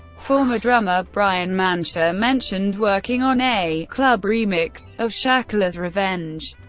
former drummer bryan mantia mentioned working on a club remix of shackler's revenge,